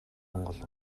монгол